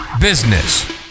business